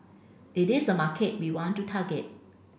it is a market we want to target